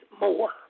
more